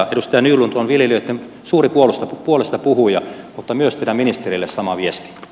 edustaja nylund on viljelijöitten suuri puolestapuhuja mutta myös teidän ministereille sama viesti